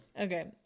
Okay